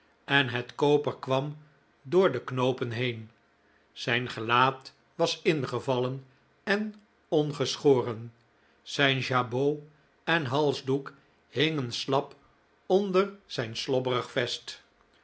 en het koper kwam door de knoopen heen zijn gelaat was ingevallen en ongeschoren zijn jabot en halsdoek hingen slap onder zijn slobberig vest